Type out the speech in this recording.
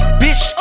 bitch